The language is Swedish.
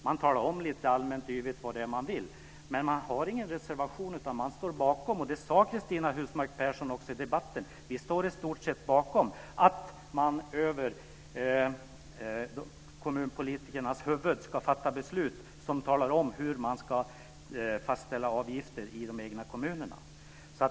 Man talar om lite allmänt yvigt vad det är man vill, men man har ingen reservation, utan man står i stort sett bakom - det sade Cristina Husmark Pehrsson också i debatten - att man över kommunpolitikernas huvuden ska fatta beslut som talar om hur man ska fastställa avgifter i de egna kommunerna.